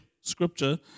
scripture